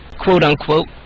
quote-unquote